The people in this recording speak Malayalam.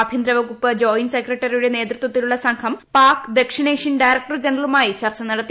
ആഭ്യന്തരവകുപ്പ് ജോയിന്റ് സെക്രട്ടറിയുടെ നേതൃത്വത്തിലുള്ള സംഘം പാക് ദക്ഷിണേഷ്യൻ ഡയറക്ടർ ജനറലുമായി ചർച്ച നടത്തി